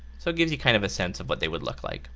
so it gives you kind of a sense of what they would look like